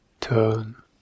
turn